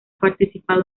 participado